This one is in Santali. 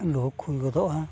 ᱞᱩᱦᱩᱠ ᱦᱩᱭ ᱜᱚᱫᱚᱜᱼᱟ